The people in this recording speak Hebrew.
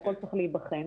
שהכול צריך להיבחן.